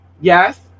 yes